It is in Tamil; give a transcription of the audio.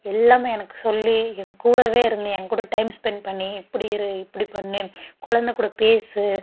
எல்லாமே எனக்கு சொல்லி ஏங்கூடவே இருந்து ஏங்கூட டைம் ஸ்பென்ட் பண்ணி இப்படி இரு இப்படி பண்ணு குழந்த கூட பேசு